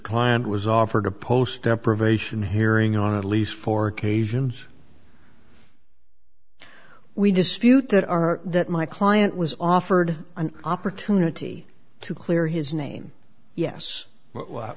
client was offered a post deprivation hearing on at least four occasions we dispute that are that my client was offered an opportunity to clear his name yes w